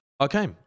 Okay